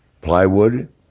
plywood